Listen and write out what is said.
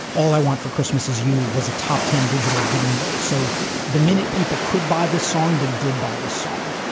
all i want for christmas is you was a top ten digital download. so the minute people could buy this song, they did buy this song.